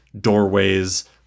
doorways